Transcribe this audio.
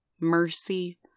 mercy